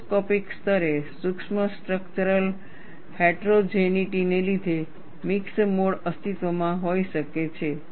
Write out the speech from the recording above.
microscopic સ્તરે સૂક્ષ્મ structural હેટરોજેનિટીને લીધે મિક્સ્ડ મોડ અસ્તિત્વમાં હોઈ શકે છે